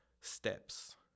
steps